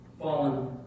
fallen